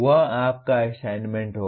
वह आपका असाइनमेंट होगा